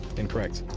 incorrect.